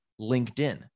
LinkedIn